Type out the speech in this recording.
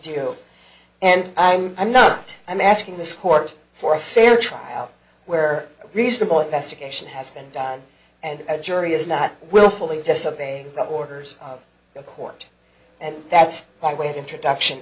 do and i'm i'm not i'm asking this court for a fair trial where reasonable investigation has been done and a jury is not willfully disobey orders of the court and that's my way of introduction